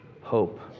hope